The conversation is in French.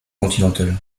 continentale